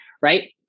right